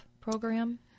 program